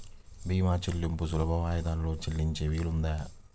భీమా చెల్లింపులు సులభ వాయిదాలలో చెల్లించే వీలుందా?